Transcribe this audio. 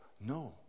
No